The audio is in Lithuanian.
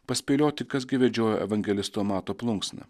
paspėlioti kas gi vedžiojo evangelisto mato plunksną